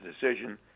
decision